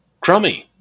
crummy